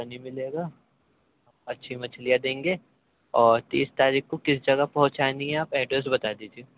ہاں جی ملے گا اچھی مچھلیاں دیں گے اور تیس تاریخ کو کس جگہ پہنچانی ہے آپ ایڈریس بتا دیجیے